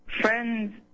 friends